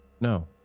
No